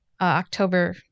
october